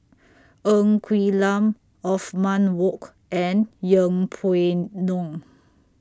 Ng Quee Lam Othman Wok and Yeng Pway Ngon